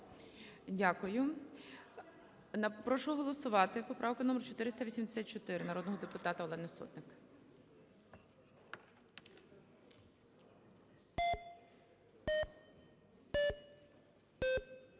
Дякую. Прошу голосувати поправку номер 484 народного депутата Олени Сотник.